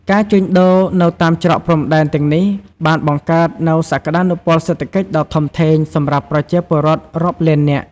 ការជួញដូរនៅតាមច្រកព្រំដែនទាំងនេះបានបង្កើតនូវ សក្តានុពលសេដ្ឋកិច្ចដ៏ធំធេង សម្រាប់ប្រជាពលរដ្ឋរាប់លាននាក់។